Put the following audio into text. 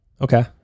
Okay